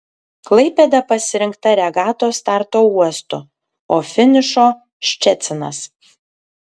klaipėda pasirinkta regatos starto uostu o finišo ščecinas